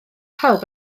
pawb